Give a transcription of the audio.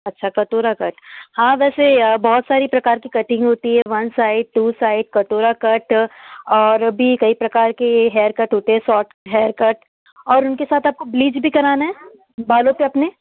अच्छा कटोरा कट हाँ वैसे बहुत सारी प्रकार की कटिंग होती है वन साइड टू साइड कटोरा कट और भी कई प्रकार के हेयर कट होते हैं सौट हेयर कट और उनके साथ आपको ब्लीच भी कराना है बालों पर अपने